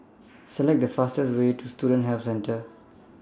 Select The fastest Way to Student Health Centre